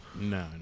no